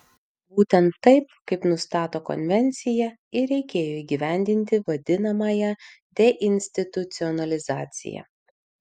būtent taip kaip nustato konvencija ir reikėjo įgyvendinti vadinamąją deinstitucionalizaciją